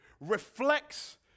reflects